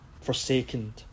forsaken